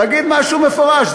תגיד משהו מפורש,